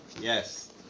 Yes